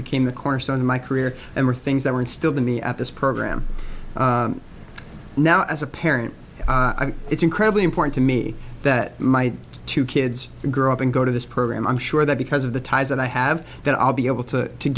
became the cornerstone of my career and were things that were instilled in me at this program now as a parent it's incredibly important to me that my two kids grow up and go to this program i'm sure that because of the ties that i have that i'll be able to